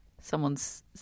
someone's